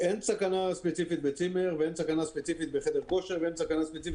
אין סכנה ספציפית בצימר ואין סכנה ספציפית בחדר כושר ואין סכנה ספציפית